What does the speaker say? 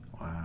Wow